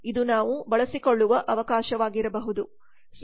ಇದು ನಾವು ಬಳಸಿಕೊಳ್ಳುವ ಅವಕಾಶವಾಗಿರಬಹುದು